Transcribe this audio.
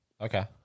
okay